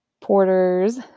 porters